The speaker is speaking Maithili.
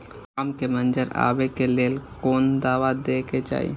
आम के मंजर आबे के लेल कोन दवा दे के चाही?